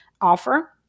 offer